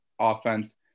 offense